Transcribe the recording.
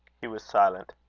he was silent.